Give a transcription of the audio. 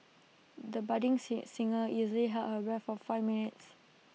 the budding sing singer easily held her breath for five minutes